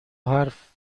حرف